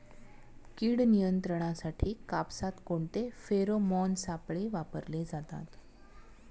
कीड नियंत्रणासाठी कापसात कोणते फेरोमोन सापळे वापरले जातात?